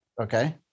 Okay